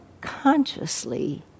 consciously